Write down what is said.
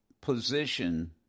position